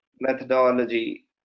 methodology